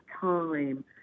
time